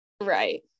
right